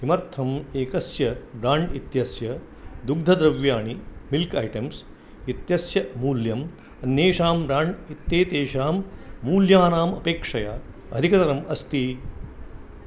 किमर्थम् एकस्य ब्राण्ड् इत्यस्य दुग्धद्रव्याणि मिल्क् ऐटेम्स् इत्यस्य मूल्यम् अन्येषां ब्राण्ड् इत्येतेषां मूल्यानाम् अपेक्षया अधिकतरम् अस्ति